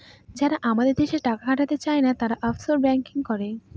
যারা আমাদের দেশে টাকা খাটাতে চায়না, তারা অফশোর ব্যাঙ্কিং করে